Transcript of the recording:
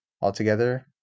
altogether